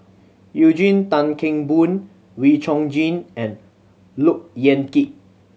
Eugene Tan Kheng Boon Wee Chong Jin and Look Yan Kit